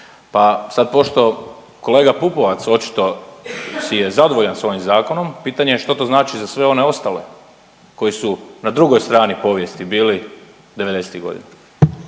Pa sad pošto kolega Pupovac očito si je zadovoljan s ovim zakonom pitanje je što to znači za sve one ostale koji su na drugoj strani povijesti bili '90.-tih godina.